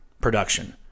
production